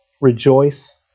rejoice